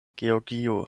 georgio